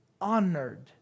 honored